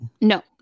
No